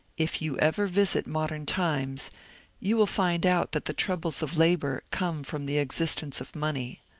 if you ever visit mod ern times you will find out that the troubles of labour come from the existence of money.